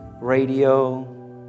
radio